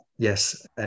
Yes